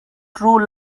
true